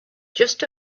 just